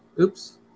Oops